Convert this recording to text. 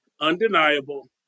undeniable